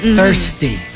thirsty